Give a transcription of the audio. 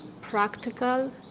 practical